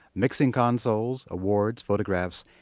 mixing consoles, awards, photographs,